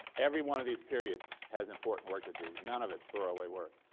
every one of these periods has important work to do. none of it's throwaway work,